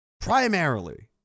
primarily